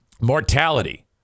mortality